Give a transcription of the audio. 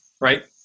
right